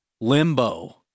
Limbo